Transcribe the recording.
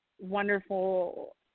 wonderful